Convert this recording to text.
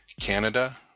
canada